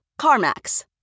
CarMax